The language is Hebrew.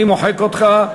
אני מוחק אותך.